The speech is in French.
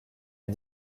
les